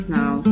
now